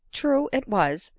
true it was,